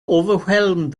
overwhelmed